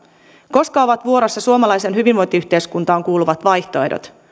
koska ovat vuorossa suomalaiseen hyvinvointiyhteiskuntaan kuuluvat vaihtoehdot